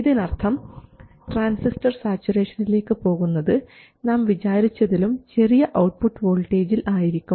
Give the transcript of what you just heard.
ഇതിനർത്ഥം ട്രാൻസിസ്റ്റർ സാച്ചുറേഷനിലേക്ക് പോകുന്നത് നാം വിചാരിച്ചതിലും ചെറിയ ഔട്ട്പുട്ട് വോൾട്ടേജിൽ ആയിരിക്കും